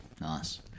Nice